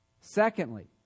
Secondly